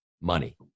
money